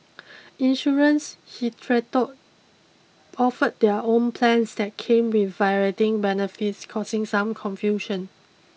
insurance hitherto offered their own plans that came with varying benefits causing some confusion